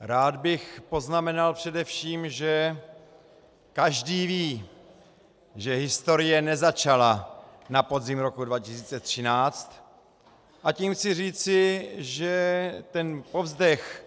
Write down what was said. Rád bych poznamenal především, že každý ví, že historie nezačala na podzim roku 2013, a tím chci říci, že ten povzdech